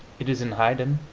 it is in haydn,